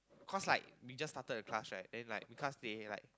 cause like we just started a class right then because they like